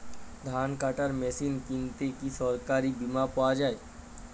ধান কাটার মেশিন কিনতে কি সরকারী বিমা পাওয়া যায়?